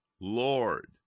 Lord